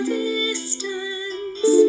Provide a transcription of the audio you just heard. distance